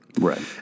Right